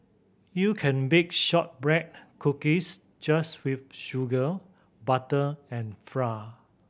you can bake shortbread cookies just with sugar butter and flour